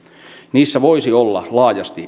niissä voisi olla laajasti